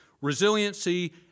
resiliency